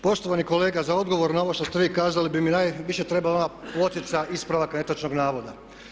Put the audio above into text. Poštovani kolega za odgovor na ovo što ste vi kazali bi mi najviše trebala pločica ispravak netočnog navoda.